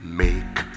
make